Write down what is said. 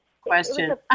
question